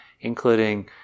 including